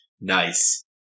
Nice